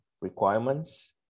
requirements